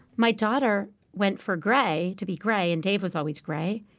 my daughter went for gray, to be gray, and dave was always gray.